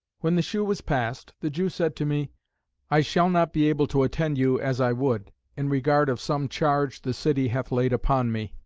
when the shew was past, the jew said to me i shall not be able to attend you as i would, in regard of some charge the city hath laid upon me,